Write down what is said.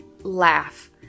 laugh